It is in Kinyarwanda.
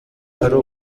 ari